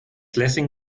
lessing